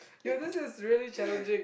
eh